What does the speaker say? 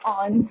on